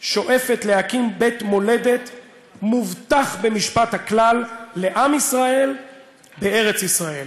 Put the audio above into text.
שואפת להקים בית מולדת מובטח במשפט הכלל לעם ישראל בארץ ישראל.